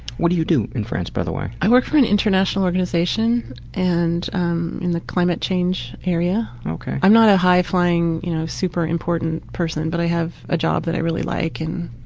what do you do in france by the way? i work for an international organization and um in the climate change area. i'm not a high flying you know super important person but i have a job that i really like and